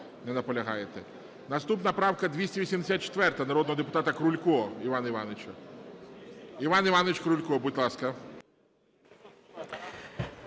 Наступна правка 284-а, народного депутата Крулька Івана Івановича. Іван Іванович Крулько, будь ласка.